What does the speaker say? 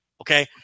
Okay